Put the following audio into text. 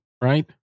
right